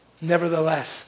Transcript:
Nevertheless